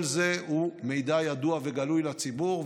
כל זה הוא מידע ידוע וגלוי לציבור,